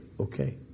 okay